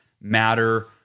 matter